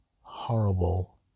horrible